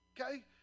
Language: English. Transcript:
okay